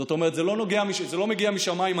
זאת אומרת שזה לא מגיע משמיים,